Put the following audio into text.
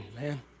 man